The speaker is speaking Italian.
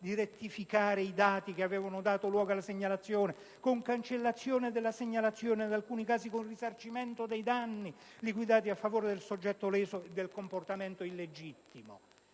di rettificare i dati che avevano dato luogo alla segnalazione, con cancellazione della segnalazione ed in alcuni casi con il risarcimento dei danni liquidati a favore del soggetto leso dal comportamento illegittimo.